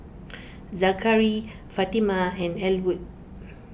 Zakary Fatima and Elwood